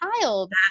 child